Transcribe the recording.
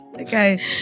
Okay